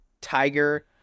tiger